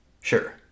Sure